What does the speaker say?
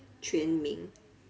全名